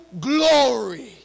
glory